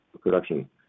production